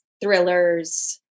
thrillers